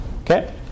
Okay